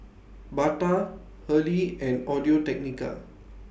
Bata Hurley and Audio Technica